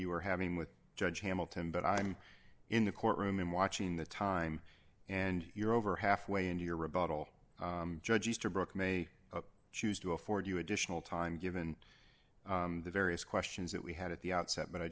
you were having with judge hamilton but i'm in the courtroom in watching the time and you're over halfway into your rebuttal judge easterbrook may choose to afford you additional time given the various questions that we had at the outset but i